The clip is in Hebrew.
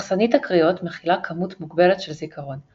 מחסנית הקריאות מכילה כמות מוגבלת של זיכרון,